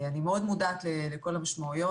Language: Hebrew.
אני מאוד מודעת לכל המשמעויות.